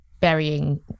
burying